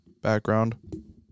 background